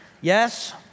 Yes